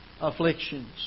afflictions